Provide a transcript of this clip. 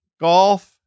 golf